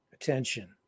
attention